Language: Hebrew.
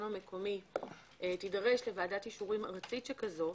המקומי תידרש לוועדת אישורים ארצית שכזו,